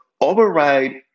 override